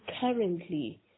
currently